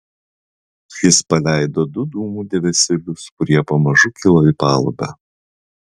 jis paleido du dūmų debesėlius kurie pamažu kilo į palubę